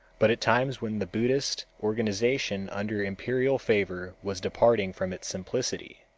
but at times when the buddhist organization under imperial favor was departing from its simplicity.